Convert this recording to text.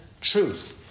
truth